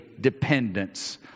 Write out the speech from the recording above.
dependence